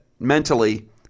Mentally